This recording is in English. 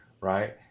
right